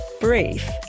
brief